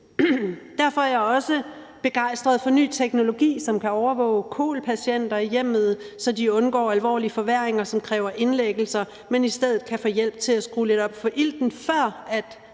Derfor er jeg også begejstret for ny teknologi, som kan overvåge kol-patienter i hjemmet, så de undgår alvorlige forværringer, som kræver indlæggelser, og i stedet kan få hjælp til at skrue lidt op for ilten, før